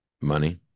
money